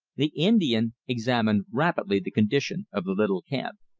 the indian examined rapidly the condition of the little camp.